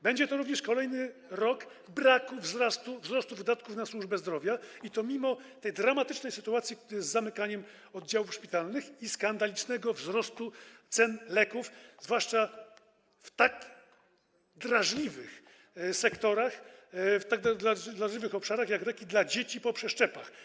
Będzie to również kolejny rok braku wzrostu wydatków na służbę zdrowia, i to mimo tej dramatycznej sytuacji z zamykaniem oddziałów szpitalnych i skandalicznego wzrostu cen leków, zwłaszcza w tak drażliwych sektorach, w tak drażliwych obszarach jak leki dla dzieci po przeszczepach.